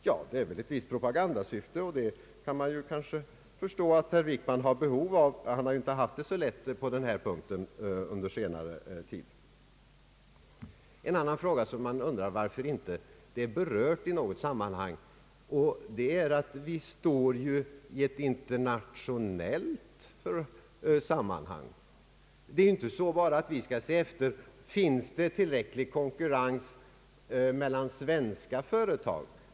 Ja, det sker väl i ett visst propagandasyfte, och man kan förstå att herr Wickman har ett behov härav — han har ju inte haft det så lätt i den här frågan under senare tid. En annan fråga som man undrar varför den inte har berörts i något sammanhang är den, att vi ju befinner oss 1 ett internationellt sammanhang. Det är här inte bara fråga om att det finns tillräcklig konkurrens mellan svenska företag.